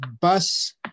bus